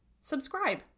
subscribe